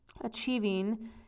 achieving